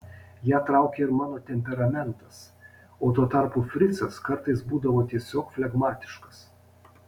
ją traukė ir mano temperamentas o tuo tarpu fricas kartais būdavo tiesiog flegmatiškas